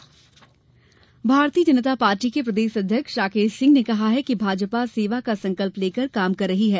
भाजपा बैठक भारतीय जनता पार्टी के प्रदेश अध्यक्ष राकेश सिंह ने कहा है कि भारतीय जनता पाटी सेवा का संकल्प लेकर काम कर रही है